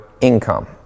income